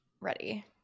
ready